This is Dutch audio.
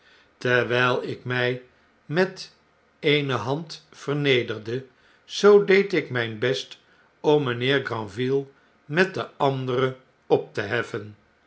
terwyl ik mij met eene hand vernederde zoo deed ik myn best om mynheer granville met de andere op te heffen